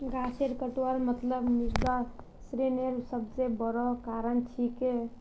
गाछेर कटवार मतलब मृदा क्षरनेर सबस बोरो कारण छिके